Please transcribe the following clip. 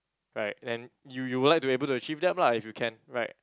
right then you you will like to be able to achieve that lah if you can right